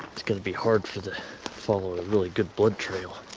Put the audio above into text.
it's gonna be hard for the follower a really good blood trail